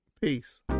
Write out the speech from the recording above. peace